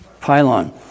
pylon